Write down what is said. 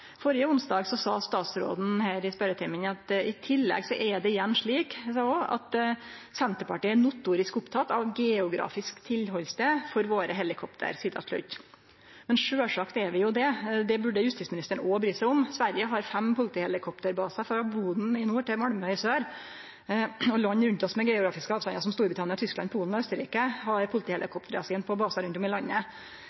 onsdag sa statsråden her i spørjetimen: «I tillegg er det igjen slik at Senterpartiet er notorisk opptatt av geografisk tilholdssted for våre helikoptre.» Sjølvsagt er vi det, og det burde justisministeren òg bry seg om. Sverige har fem politihelikopterbasar, frå Boden i nord til Malmö i sør. Land rundt oss med geografiske avstandar, som Storbritannia, Tyskland, Polen og Austerrike, har